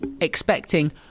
expecting